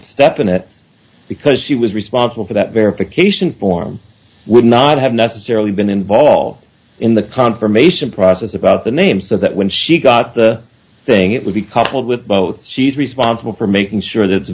step in it because he was responsible for that verification form would not have necessarily been involved in the confirmation process about the name so that when she got the thing it would be coupled with both she's responsible for making sure that